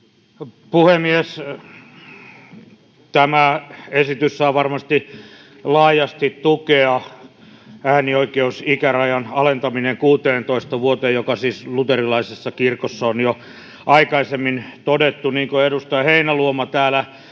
Puhemies! Tämä esitys saa varmasti laajasti tukea, äänioikeusikärajan alentaminen 16 vuoteen, joka siis luterilaisessa kirkossa on jo aikaisemmin todettu. Niin kuin edustaja Heinäluoma täällä